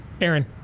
Aaron